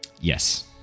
Yes